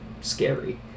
scary